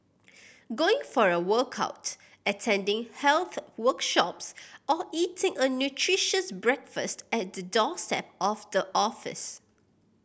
going for a workout attending health workshops or eating a nutritious breakfast at the doorstep of the office